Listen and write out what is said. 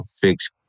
fix